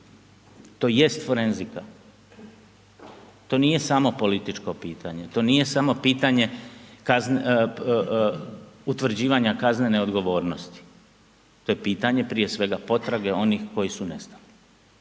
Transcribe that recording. tj. forenzika, to nije samo političko pitanje, to nije samo pitanje utvrđivanja kaznene odgovornosti. To je pitanje prije svega potrage onih koji su nestali